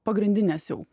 pagrindinės jau